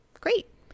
great